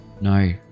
No